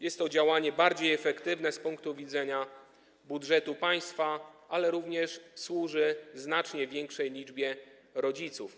Jest to działanie bardziej efektywne z punktu widzenia budżetu państwa, ale również służy znacznie większej liczbie rodziców.